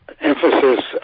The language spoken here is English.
emphasis